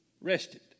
rested